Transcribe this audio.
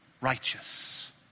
righteous